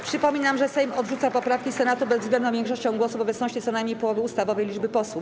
Przypominam, że Sejm odrzuca poprawki Senatu bezwzględną większością głosów w obecności co najmniej połowy ustawowej liczby posłów.